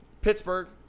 Pittsburgh